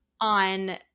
on